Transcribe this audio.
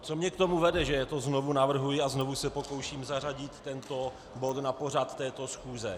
Co mě k tomu vede, že to znovu navrhuji a znovu se pokouším zařadit tento bod na pořad této schůze.